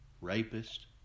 rapist